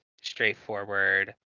straightforward